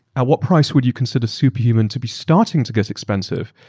at what price would you consider superhuman to be starting to get expensive?